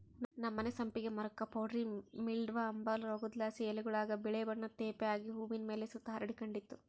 ನಮ್ಮನೆ ಸಂಪಿಗೆ ಮರುಕ್ಕ ಪೌಡರಿ ಮಿಲ್ಡ್ವ ಅಂಬ ರೋಗುದ್ಲಾಸಿ ಎಲೆಗುಳಾಗ ಬಿಳೇ ಬಣ್ಣುದ್ ತೇಪೆ ಆಗಿ ಹೂವಿನ್ ಮೇಲೆ ಸುತ ಹರಡಿಕಂಡಿತ್ತು